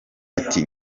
ati